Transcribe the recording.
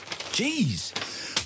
Jeez